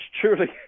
truly